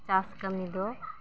ᱪᱟᱥ ᱠᱟᱹᱢᱤᱫᱚ